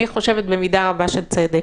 אני חושבת במידה רבה של צדק,